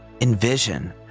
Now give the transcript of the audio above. Envision